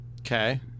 Okay